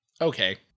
Okay